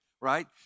right